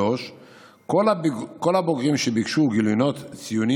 כל הבוגרים שביקשו גיליונות ציונים